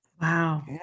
Wow